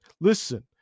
Listen